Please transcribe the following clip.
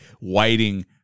waiting